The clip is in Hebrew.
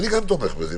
אני גם תומך בזה.